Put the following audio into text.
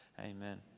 Amen